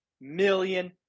million